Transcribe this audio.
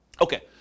Okay